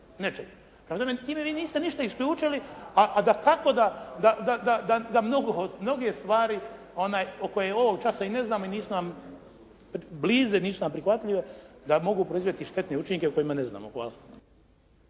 Prema tome, time vi niste ništa isključili a dakako da mnoge stvari koje ovog časa ne znamo i nisu nam blize, nisu nam prihvatljive da mogu proizvesti štetne učinke o kojima ne znamo. Hvala.